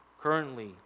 currently